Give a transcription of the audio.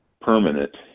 permanent